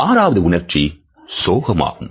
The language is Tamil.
ஆறாவது உணர்ச்சி சோகமாகும்